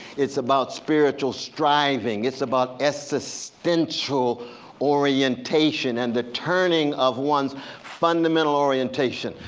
it's about spiritual striving it's about existential orientation, and the turning of one's fundamental orientation.